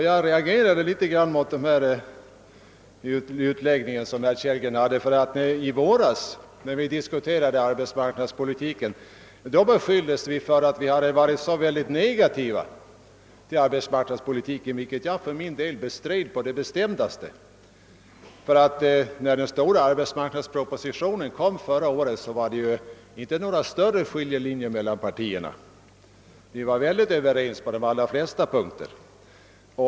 Jag reagerade också mot herr Kellgrens utläggningar, därför att när vi diskuterade arbetsmarknadspolitiken i våras, så beskylldes vi på högerhåll för att vara oerhört negativa till den politiken, vilket jag på det bestämdaste bestred. Då den stora arbetsmarknadspropositionen lades fram förra året fanns det inga större skiljelinjer mellan partierna. Vi var överens på de flesta punkter.